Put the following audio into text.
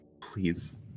please